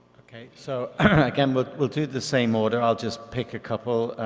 ok. so again we'll we'll do the same order. i'll just pick a couple.